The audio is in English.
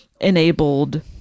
enabled